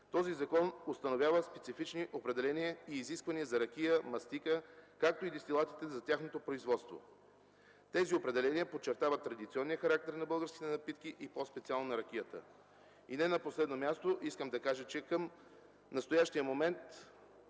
този закон установява специфични определения и изисквания за ракия, мастика, както и дестилацията за тяхното производство. Тези определения подчертават традиционния характер на българските напитки и по-специално на ракията. Не на последно място искам да кажа, че към настоящия момент